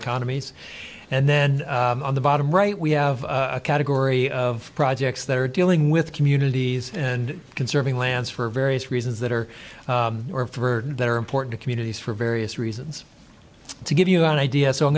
economies and then on the bottom right we have a category of projects that are dealing with communities and conserving lands for various reasons that are important to communities for various reasons to give you an idea so i'm